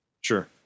Sure